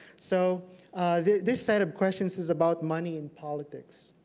so this set of questions is about money and politics.